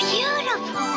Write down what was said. Beautiful